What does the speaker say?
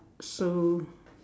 so